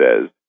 says